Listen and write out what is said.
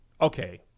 Okay